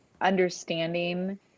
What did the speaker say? understanding